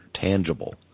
tangible